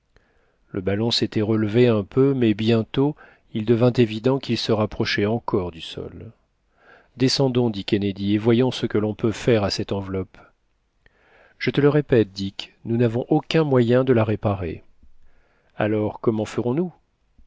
le ballon s'était relevé un peu mais bientôt il devint évident qu'il se rapprochait encore du sol descendons dit kennedy et voyons ce que l'on peut faire à cette enveloppe je te le répète dick nous n'avons aucun moyen de la réparer alors comment ferons-nous